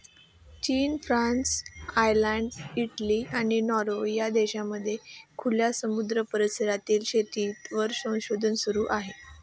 चीन, France, Ireland, Italy, आणि Norway या देशांमध्ये खुल्या समुद्र परिसरातील शेतीवर संशोधन सुरू आहे